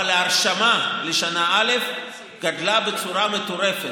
אבל ההרשמה לשנה א' גדלה בצורה מטורפת.